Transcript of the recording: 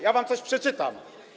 Ja wam coś przeczytam.